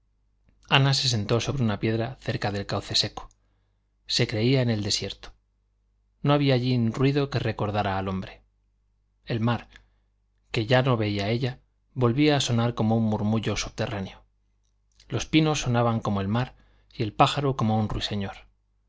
ana se sentó sobre una piedra cerca del cauce seco se creía en el desierto no había allí ruido que recordara al hombre el mar que ya no veía ella volvía a sonar como murmullo subterráneo los pinos sonaban como el mar y el pájaro como un ruiseñor